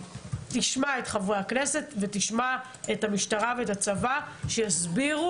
תשמע את חברי הכנסת ותשמע את המשטרה ואת הצבא שיסבירו